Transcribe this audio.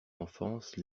enfance